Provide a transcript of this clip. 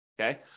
Okay